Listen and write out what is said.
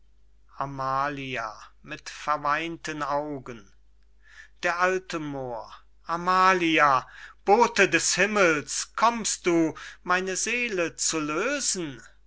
augen d a moor amalia bote des himmels kommst du meine seele zu lösen